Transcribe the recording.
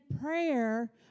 prayer